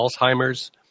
Alzheimer's